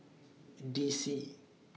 D C